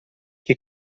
che